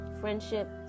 friendship